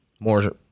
more